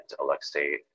Alexei